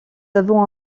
avons